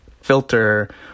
filter